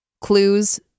clues